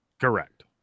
Correct